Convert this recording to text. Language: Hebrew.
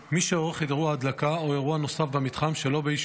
מי שעורך אירוע הדלקה או אירוע נוסף במתחם שלא באישור